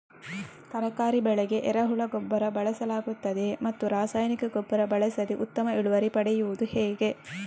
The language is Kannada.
ತರಕಾರಿ ಬೆಳೆಗೆ ಎರೆಹುಳ ಗೊಬ್ಬರ ಬಳಸಲಾಗುತ್ತದೆಯೇ ಮತ್ತು ರಾಸಾಯನಿಕ ಗೊಬ್ಬರ ಬಳಸದೆ ಉತ್ತಮ ಇಳುವರಿ ಪಡೆಯುವುದು ಹೇಗೆ?